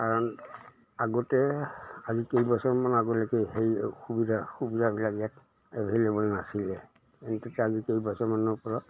কাৰণ আগতে আজি কেইবছৰমানৰ আগলৈকে সেই সুবিধা সুবিধাবিলাক ইয়াত এভেইলেবল নাছিলে কিন্তু আজি কেইবছৰমানৰপৰা